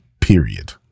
period